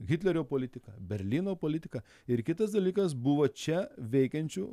hitlerio politika berlyno politika ir kitas dalykas buvo čia veikiančių